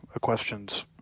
questions